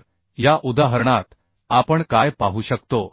तर या उदाहरणात आपण काय पाहू शकतो